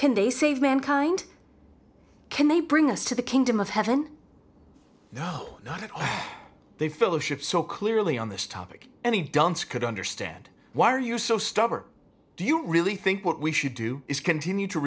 can they save mankind can they bring us to the kingdom of heaven no not at all they fellowship so clearly on this topic any dunce could understand why are you so stubborn or do you really think what we should do is continue to